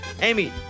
Amy